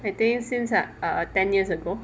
I think since like err ten years ago